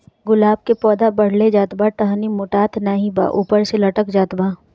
गुलाब क पौधा बढ़ले जात बा टहनी मोटात नाहीं बा ऊपर से लटक जात बा?